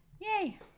Yay